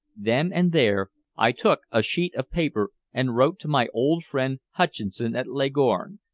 then and there, i took a sheet of paper and wrote to my old friend hutcheson at leghorn,